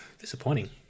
disappointing